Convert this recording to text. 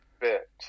bit